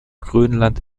grönland